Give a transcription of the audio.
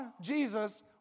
Jesus